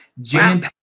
jam